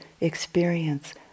experience